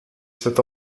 cet